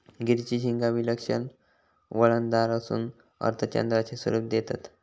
गिरीची शिंगा विलक्षण वळणदार असून अर्धचंद्राचे स्वरूप देतत